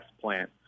plant